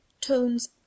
tones